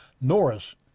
Norris